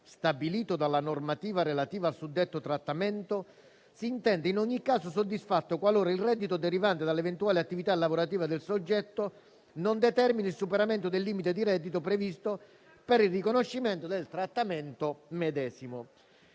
stabilito dalla normativa relativa al suddetto trattamento, si intende in ogni caso soddisfatto qualora il reddito derivante dall'eventuale attività lavorativa del soggetto non determini il superamento del limite di reddito previsto per il riconoscimento del trattamento medesimo.